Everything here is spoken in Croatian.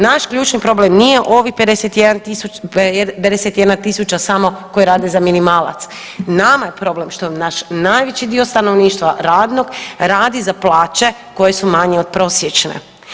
Naš ključni problem nije ovih 51 tisuća samo koji rade za minimalac, nama je problem što naš najveći dio stanovništva, radnog, radi za plaće koje su manje od prosječne.